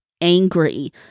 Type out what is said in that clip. angry